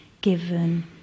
given